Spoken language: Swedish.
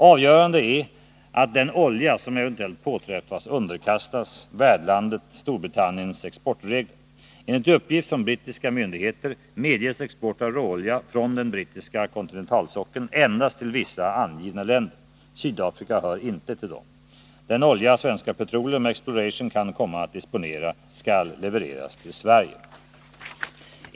Avgörande är att den olja som eventuellt påträffas underkastas värdlandet Storbritanniens exportregler. Enligt uppgift från brittiska myndigheter medges export av råolja från den brittiska kontinentalsockeln endast till vissa angivna länder. Sydafrika hör inte till dem. Den olja Svenska Petroleum Exploration kan komma att disponera skall levereras till Sverige.